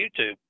YouTube